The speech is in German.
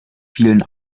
vielen